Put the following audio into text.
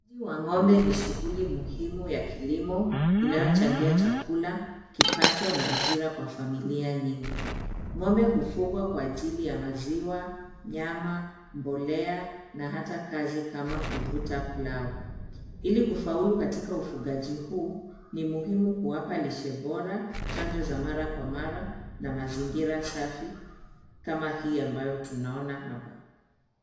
Ufugaji wa ng'ombe ni shughuli muhimu ya kilimo inayochangia chakula, kipato na ajira kwa familia nyingi. Ng'ombe hufugwa kwa ajili ya maziwa, nyama, mbolea na hata kazi kama kuvuta plough . Ili kufaulu katika ufugaji huu, ni muhimu kuwapa lishe bora, chanjo za mara kwa mara na mazingira safi kama hii ambayo tunaona hapa.